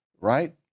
right